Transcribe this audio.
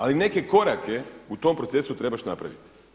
Ali neke korake u tom procesu trebaš napraviti.